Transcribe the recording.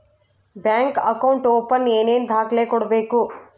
Bank account open ಏನೇನು ದಾಖಲೆ ಕೊಡಬೇಕು?